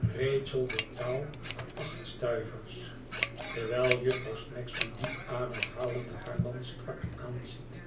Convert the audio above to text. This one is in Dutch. rachel betaal de acht stuivers terwijl jufvrouw snagsby diep ademhalende haar man strak aanziet